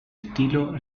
estilo